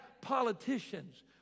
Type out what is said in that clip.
politicians